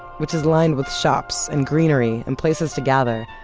which is lined with shops and greenery and places to gather.